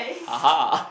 (uh huh)